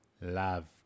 love